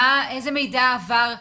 איזה מידע עבר למשטרה?